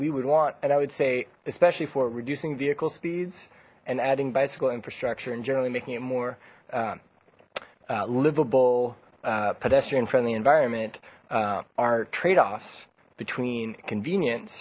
we would want and i would say especially for reducing vehicle speeds and adding bicycle infrastructure and generally making it more livable pedestrian friendly environment our trade offs between convenien